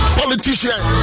politicians